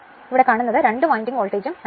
ഇപ്പോൾ രണ്ട് വൈൻഡിങ് വോൾട്ടേജും ratioയും